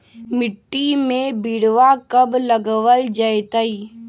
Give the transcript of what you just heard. मिट्टी में बिरवा कब लगवल जयतई?